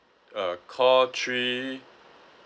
uh call three